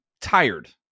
tired